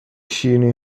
شیرینی